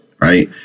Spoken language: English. right